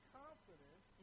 confidence